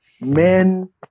men